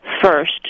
first